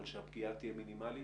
אבל שהפגיעה תהיה מינימלית